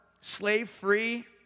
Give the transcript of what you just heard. slave-free